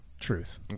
truth